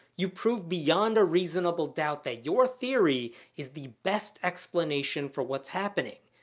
you prove beyond a reasonable doubt that your theory is the best explanation for what's happening.